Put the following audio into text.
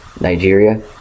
Nigeria